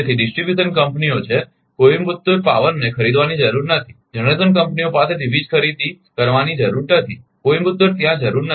તેથી ડિસ્ટ્રીબ્યુશન કંપનીઓ છે કોઈમ્બતુર પાવરને ખરીદવાની જરૂર નથી જનરેશન કંપનીઓ પાસેથી વીજ ખરીદી કરવાની જરૂર નથી કોઈમ્બતુર ત્યાં જરૂર નથી